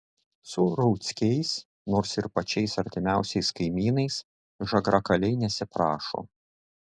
su rauckiais nors ir pačiais artimiausiais kaimynais žagrakaliai nesiprašo